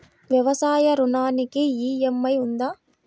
వ్యవసాయ ఋణానికి ఈ.ఎం.ఐ ఉందా?